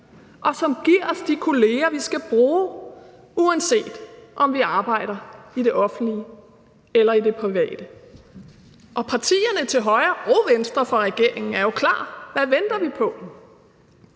og som giver os de kolleger, vi skal bruge, uanset om vi arbejder i det offentlige eller i det private. Og partierne til højre og til venstre for regeringen er jo klar; hvad venter vi på?